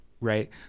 right